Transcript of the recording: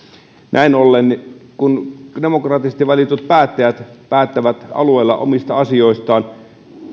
näin ollen se kun demokraattisesti valitut päättäjät päättävät alueilla omista asioistaan